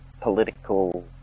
political